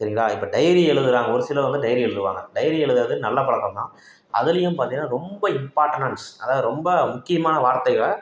சரிங்களா இப்போ டைரி எழுதுகிறாங்க ஒரு சிலர் வந்து டைரி எழுதுவாங்க டைரி எழுதுகிறது நல்ல பழக்கம் தான் அதுலேயும் பார்த்திங்கன்னா ரொம்ப இம்பார்டனான்ஸ் அதாவது ரொம்ப முக்கியமான வார்த்தைகளை